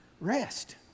rest